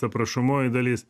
aprašomoji dalis